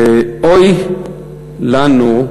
ואוי לנו,